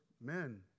men